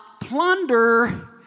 plunder